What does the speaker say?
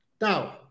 Now